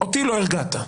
אותי לא הרגעת.